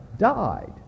Died